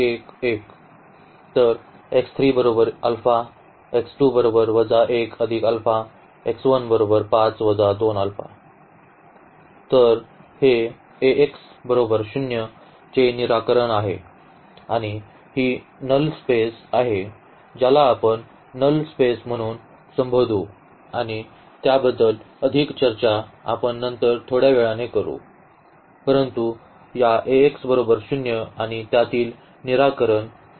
तर हे चे निराकरण आहे आणि ही नल स्पेस आहे ज्याला आपण नल स्पेस म्हणून संबोधू आणि त्याबद्दल अधिक चर्चा आपण नंतर थोड्या वेळाने करू परंतु या आणि त्यातील निराकरण ही एक विशिष्ट रचना आहे